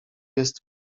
jest